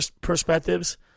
perspectives